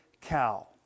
Cow